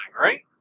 right